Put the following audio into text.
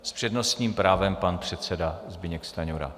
S přednostním právem pan předseda Zbyněk Stanjura.